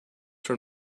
from